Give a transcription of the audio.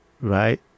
right